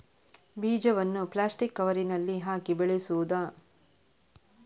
ಬೀಜವನ್ನು ಪ್ಲಾಸ್ಟಿಕ್ ಕವರಿನಲ್ಲಿ ಹಾಕಿ ಬೆಳೆಸುವುದಾ?